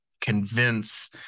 convince